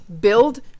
Build